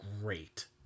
great